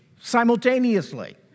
simultaneously